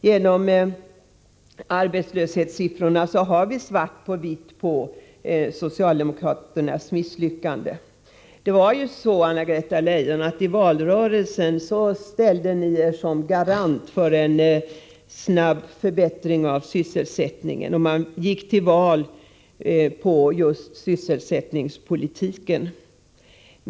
Genom arbetslöshetssiffrorna har vi svart på vitt på socialdemokraternas misslyckande. I valrörelsen, Anna-Greta Leijon, ställde ni er som garant för en snabb förbättring av sysselsättningsläget. Socialdemokraterna gick till val på just sysselsättningspolitiken.